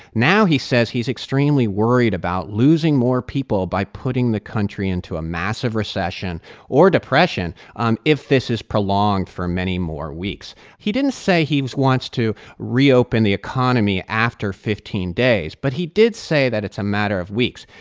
now, he says, he's extremely worried about losing more people by putting the country into a massive recession or depression um if this is prolonged for many more weeks. he didn't say he wants to reopen the economy after fifteen days, but he did say that it's a matter of weeks.